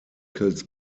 kills